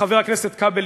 חבר הכנסת כבל,